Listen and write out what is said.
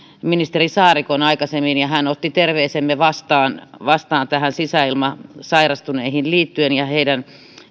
ministeri saarikon aikaisemmin ja hän otti terveisemme vastaan vastaan sisäilmasairastuneisiin liittyen ja heidän